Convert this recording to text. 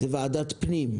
זה ועדת פנים.